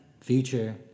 Future